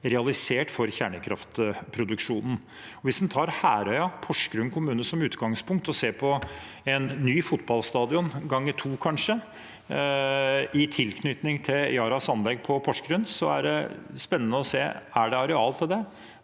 realisert for kjernekraftproduksjonen. Hvis en tar Herøya i Porsgrunn kommune som utgangspunkt og ser på en ny fotballstadion – ganger to, kanskje – i tilknytning til Yaras anlegg i Porsgrunn, er det spennende å se: Er det areal til det?